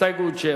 ההסתייגות מס'